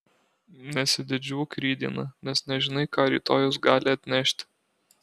nesididžiuok rytdiena nes nežinai ką rytojus gali atnešti